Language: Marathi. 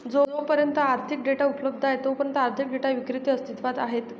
जोपर्यंत आर्थिक डेटा उपलब्ध आहे तोपर्यंत आर्थिक डेटा विक्रेते अस्तित्वात आहेत